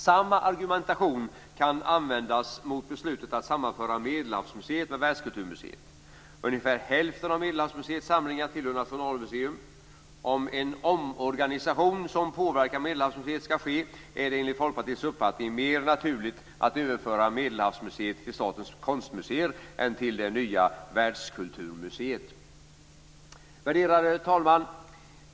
Samma argumentation kan användas mot beslutet att sammanföra Medelhavsmuseet med Världskulturmuseet. Ungefär hälften av Medelhavsmuseets samlingar tillhör Nationalmuseum. Om en omorganisation som påverkar Medelhavsmuseet skall ske, är det enligt Folkpartiets uppfattning mer naturligt att överföra Medelhavsmuseet till Statens konstmuseer än till det nya Världskulturmuseet. Värderade talman!